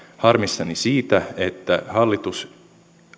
harmissani siitä että hallitus